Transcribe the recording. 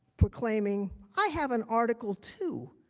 proclaiming i have an article two.